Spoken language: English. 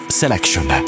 selection